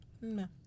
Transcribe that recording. No